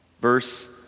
Verse